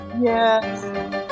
Yes